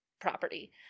property